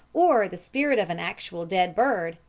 or the spirit of an actual dead bird,